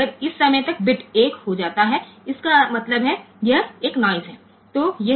તેથી જો આ સમય સુધીમાં બીટ 1 બની જાય તો તેનો અર્થ એ કે તે ફ્લિકર હતું બરાબર